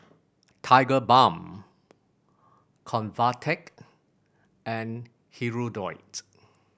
Tigerbalm Convatec and Hirudoid